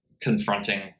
confronting